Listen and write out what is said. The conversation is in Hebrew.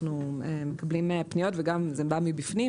אנחנו מקבלים פניות וגם זה בא מבפנים.